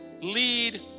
lead